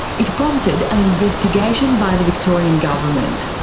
it prompted an investigation by the victorian government.